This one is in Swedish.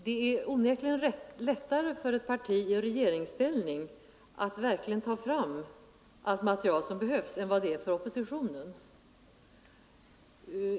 Det är onekligen lättare för ett parti i regeringsställning än för oppositionen att få fram det beslutsunderlag som verkligen behövs.